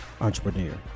entrepreneur